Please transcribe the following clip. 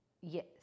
Yes